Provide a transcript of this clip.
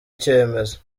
icyemezo